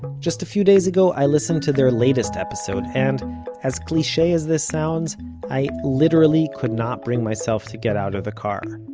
just a few days ago i listened to their latest episode, and as cliche as this sounds i literally could not bring myself to get out of the car.